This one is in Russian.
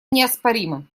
неоспоримы